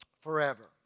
forever